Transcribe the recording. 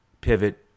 pivot